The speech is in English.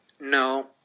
no